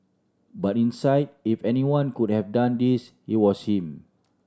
but in sight if anyone could have done this it was him